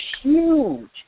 huge